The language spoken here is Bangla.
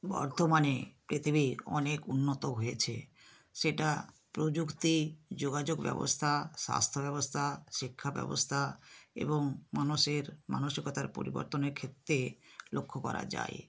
বর্তমানে পৃথিবী অনেক উন্নত হয়েছে সেটা প্রযুক্তি যোগাযোগ ব্যবস্থা স্বাস্থ্যব্যবস্থা শিক্ষাব্যবস্থা এবং মানুষের মানসিকতার পরিবর্তনের ক্ষেত্তে লক্ষ্য করা যায়